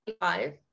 five